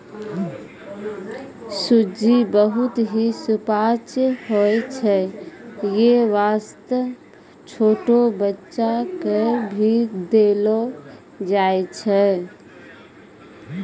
सूजी बहुत हीं सुपाच्य होय छै यै वास्तॅ छोटो बच्चा क भी देलो जाय छै